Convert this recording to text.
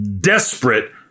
desperate